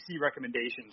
recommendations